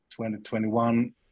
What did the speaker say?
2021